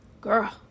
Girl